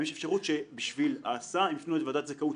האם יש אפשרות שבשביל ההסעה הם יופנו לוועדת זכאות?